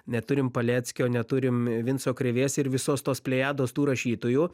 neturim paleckio neturim vinco krėvės ir visos tos plejados tų rašytojų